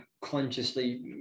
consciously